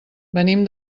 venim